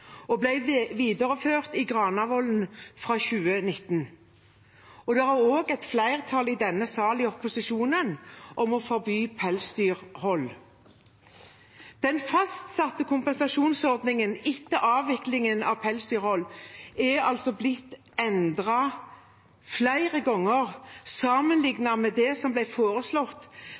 og ble videreført i Granavolden-plattformen fra 2019. Det er også et flertall i opposisjonen i denne sal for å forby pelsdyrhold. Den fastsatte kompensasjonsordningen etter avvikling av pelsdyrhold er blitt endret flere ganger sammenliknet med det som ble foreslått